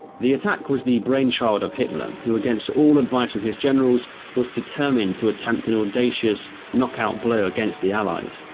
the attack was the brainchild of hitler, who against all advice from his generals was determined to attempt an audacious knockout blow against the allies.